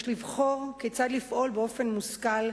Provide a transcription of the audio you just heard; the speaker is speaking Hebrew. יש לבחור כיצד לפעול באופן מושכל,